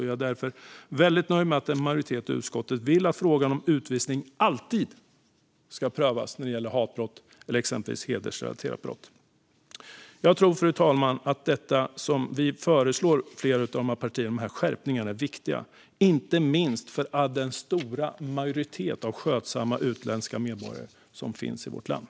Jag är därför väldigt nöjd med att en majoritet i utskottet vill att frågan om utvisning alltid ska prövas när det gäller hatbrott och exempelvis hedersrelaterade brott. Fru talman! Jag tror att de skärpningar som vi, flera av partierna, föreslår är viktiga, inte minst för den stora majoritet av skötsamma utländska medborgare som finns i vårt land.